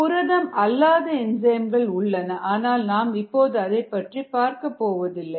புரதம் அல்லாத என்சைம்கள் உள்ளன ஆனால் நாம் இப்போது அதைப் பற்றி பார்க்கப்போவதில்லை